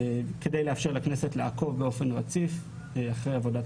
כדי לאפשר לכנסת לעקוב באופן רציף אחרי עבודת